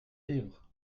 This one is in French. livre